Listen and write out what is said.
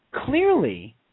clearly